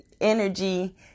energy